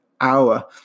hour